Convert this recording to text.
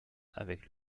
avec